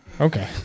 Okay